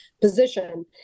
position